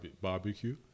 Barbecue